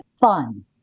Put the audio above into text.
fun